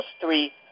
three